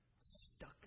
Stuck